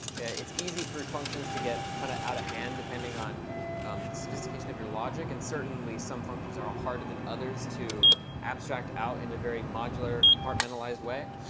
it's easy for functions to get kind of out of hand depending on the um sophistication of your logic. and certainly, some functions are harder than others to abstract out in a very modular, compartmentalized way.